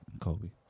Kobe